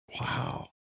Wow